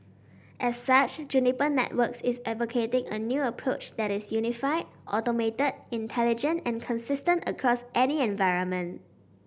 as such Juniper Networks is advocating a new approach that is unified automated intelligent and consistent across any environment